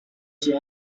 喜爱